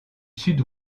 sud